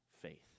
faith